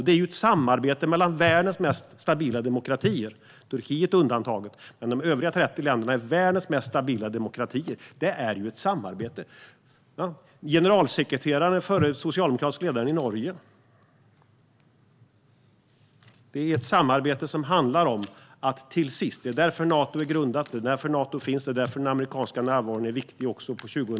Det är ju ett samarbete mellan världens mest stabila demokratier - Turkiet undantaget. Men de övriga 30 länderna är världens mest stabila demokratier. Det är ju ett samarbete. Generalsekreteraren är den förre socialdemokratiske ledaren i Norge. Det är ett samarbete som handlar om att våra barn och våra barnbarn också ska få leva i frihet och demokrati. Det är det som detta samarbete ytterst går ut på.